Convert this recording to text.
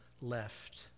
left